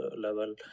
level